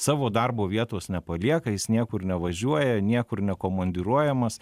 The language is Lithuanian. savo darbo vietos nepalieka jis niekur nevažiuoja niekur ne komandiruojamas